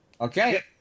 Okay